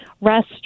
rest